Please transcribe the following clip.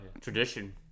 Tradition